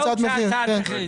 לא הוגשה הצעת מחיר, כן.